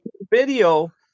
video